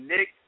Nick